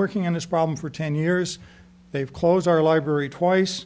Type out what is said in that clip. working on this problem for ten years they've closed our library twice